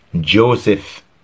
Joseph